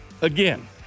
Again